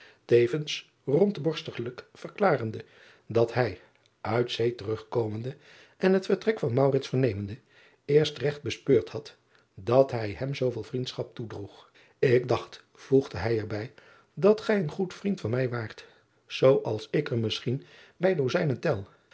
tevens rondborstiglijk verklarende dat hij uit zee terugkomende en het vertrek van vernemende eerst regt bespeurd had dat hij hem zooveel vriendschap toedroeg k dacht voegde hij er bij dat gij een goed vriend van mij waart zoo als ik er misschien bij dozijnen tel